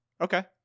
Okay